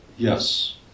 Yes